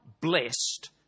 blessed